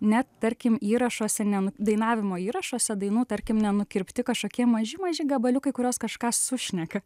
net tarkim įrašuose nen dainavimo įrašuose dainų tarkim nenukirpti kažkokie maži maži gabaliukai kur jos kažką sušneka